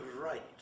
right